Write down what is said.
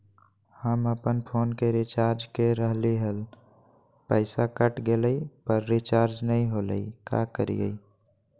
हम अपन फोन के रिचार्ज के रहलिय हल, पैसा कट गेलई, पर रिचार्ज नई होलई, का करियई?